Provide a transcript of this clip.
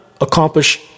accomplish